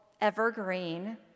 evergreen